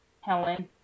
Helen